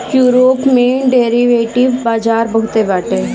Europe में derivative बाजार बहुते बाटे